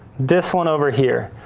this one over here.